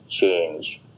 change